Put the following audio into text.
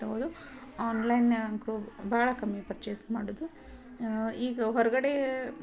ತಗೊಳ್ಳೋದು ಆನ್ಲೈನ್ನ್ಯಾಗೂ ಭಾಳ ಕಮ್ಮಿ ಪರ್ಚೇಸ್ ಮಾಡೋದು ಈಗ ಹೊರಗಡೆ